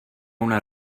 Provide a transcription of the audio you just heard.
una